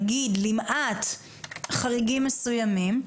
למעט חריגים מסוימים,